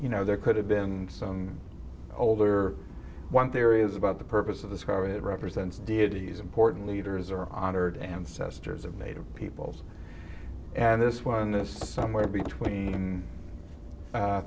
you know there could have been some older one theories about the purpose of this where it represents deities important leaders are honored ancestors of native peoples and this one this somewhere between